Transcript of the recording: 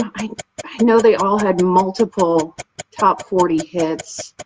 i know they all had multiple top forty hits.